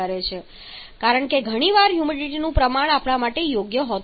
કારણ કે ઘણી વાર હ્યુમિડિટીનું પ્રમાણ આપણા માટે યોગ્ય નથી હોતું